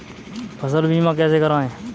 फसल बीमा कैसे कराएँ?